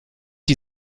die